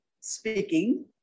speaking